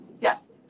Yes